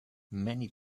many